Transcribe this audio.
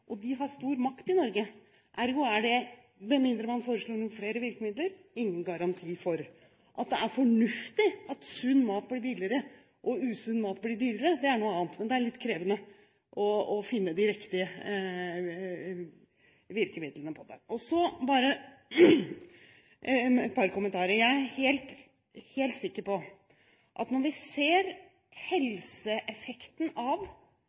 og de har stor makt i Norge. Ergo har man, med mindre man foreslår noen flere virkemidler, ingen garanti for dette. At det er fornuftig at sunn mat blir billigere og usunn mat blir dyrere, er noe annet, men det er litt krevende å finne de riktige virkemidlene for det. Så bare et par kommentarer. Jeg er helt sikker på at når vi ser helseeffekten av